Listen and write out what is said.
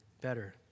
better